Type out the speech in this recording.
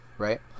Right